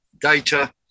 data